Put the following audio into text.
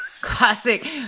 Classic